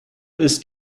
ist